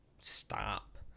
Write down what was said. stop